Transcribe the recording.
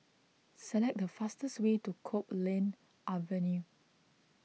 select the fastest way to Copeland Avenue